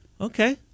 Okay